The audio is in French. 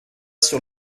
sur